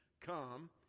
come